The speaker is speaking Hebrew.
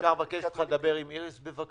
אפשר לבקש ממך לדבר עם איריס בעניין?